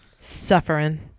suffering